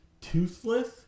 toothless